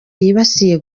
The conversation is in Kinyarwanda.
yibasiye